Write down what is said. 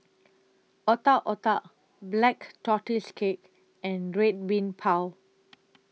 Otak Otak Black Tortoise Cake and Red Bean Bao